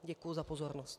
Děkuji za pozornost.